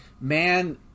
Man